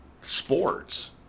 sports